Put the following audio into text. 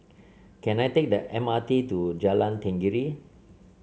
can I take the M R T to Jalan Tenggiri